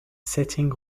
sitting